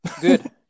Good